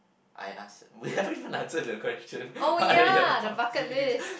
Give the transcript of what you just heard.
I asked we haven't even answered the question why are we here to talk silly things